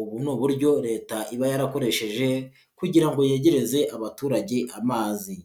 ubu ni uburyo Leta iba yarakoresheje kugira ngo yegereze abaturage amazi.